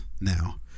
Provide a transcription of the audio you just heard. Now